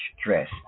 stress